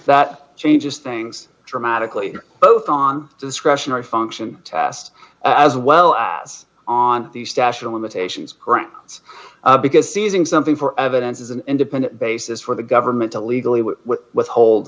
that changes things dramatically both on discretionary function test as well as on the stash and limitations it's because seizing something for evidence is an independent basis for the government to legally withhold